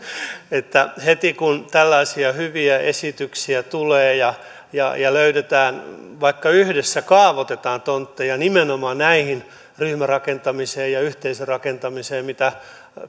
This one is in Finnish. heti kun tällaisia hyviä esityksiä tulee ja ja löydetään vaikka yhdessä kaavoitetaan tontteja nimenomaan ryhmärakentamiseen ja yhteisörakentamiseen mitä